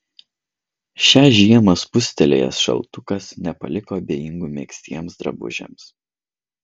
šią žiemą spustelėjęs šaltukas nepaliko abejingų megztiems drabužiams